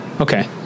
Okay